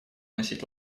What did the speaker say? носить